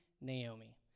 Naomi